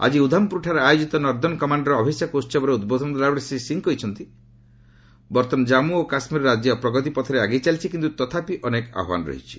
ଆଜି ଉଦ୍ଧାମପୁରଠାରେ ଆୟୋଜିତ ନର୍ଦ୍ଦନ କମାଣର ଅଭିଶେକ ଉତ୍ସବରେ ଉଦ୍ବୋଧନ ଦେଲାବେଳେ ଶ୍ରୀ ସିଂହ କହିଛନ୍ତି ବର୍ତ୍ତମାନ ଜାମ୍ମୁ ଓ କାଶ୍ମୀର ରାଜ୍ୟ ପ୍ରଗତିପଥରେ ଆଗେଇ ଚାଲିଛି କିନ୍ତୁ ତଥାପି ଅନେକ ଆହ୍ୱାନ ରହିଛି